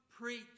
preach